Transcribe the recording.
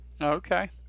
Okay